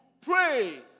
pray